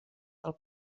del